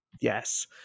Yes